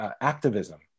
activism